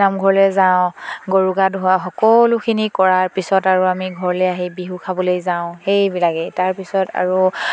নামঘৰলৈ যাওঁ গৰু গা ধোওৱা সকলোখিনি কৰাৰ পিছত আৰু আমি ঘৰলে আহি বিহু খাবলৈ যাওঁ সেইবিলাকেই তাৰপিছত আৰু